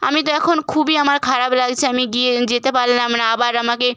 আমি তো এখন খুবই আমার খারাপ লাগছে আমি গিয়ে যেতে পারলাম না আবার আমাকে